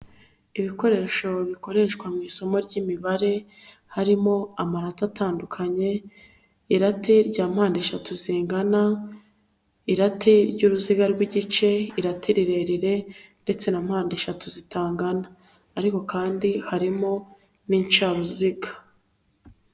Ibikoresho bikoreshwa mu isomo ry'imibare, harimo amaota atandukanye, irate ryapande eshatu zingana, irate ry'uruziga rw'igice irate rirerire, ndetse na mpande eshatu zitangana ariko kandi harimo n'incaruziga.